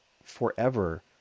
forever